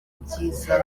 ibyiza